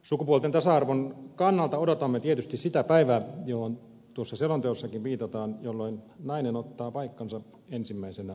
sukupuolten tasa arvon kannalta odotamme tietysti sitä päivää johon tuossa selonteossakin viitataan jolloin nainen ottaa paikkansa ensimmäisenä valtiovarainministerinä